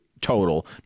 total